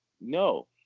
No